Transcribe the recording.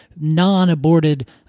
non-aborted